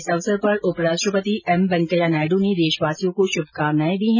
इस अवसर पर उपराष्ट्रपति एम वैकेया नायडू ने देशवासियों को शुभकामनाएं दी हैं